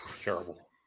Terrible